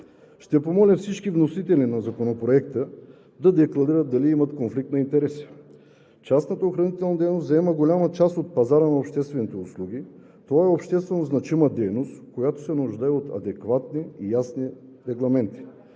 Ще помоля всички вносители на Законопроекта да декларират дали имат конфликт на интереси. Частната охранителна дейност заема голяма част от пазара на обществените услуги. Това е обществено значима дейност, която се нуждае от адекватни и ясни регламенти.